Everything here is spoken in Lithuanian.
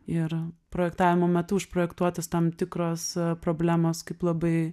ir projektavimo metu užprojektuotos tam tikros problemos kaip labai